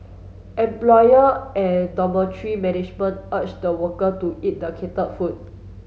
employer and dormitory management urge the worker to eat the catered food